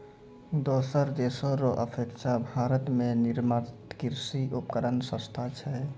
दोसर देशो रो अपेक्षा भारत मे निर्मित कृर्षि उपकरण सस्ता छै